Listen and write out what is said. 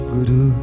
Guru